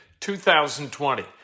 2020